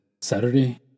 Saturday